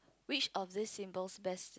which of these symbols best